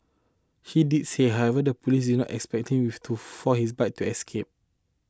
he did say however the police did not exceptionally with to foil his bid to escape